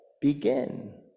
begin